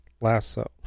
Lasso